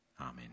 Amen